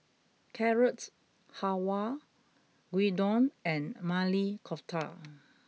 Carrot Halwa Gyudon and Maili Kofta